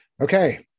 okay